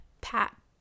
pat